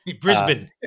Brisbane